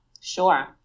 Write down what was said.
sure